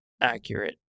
accurate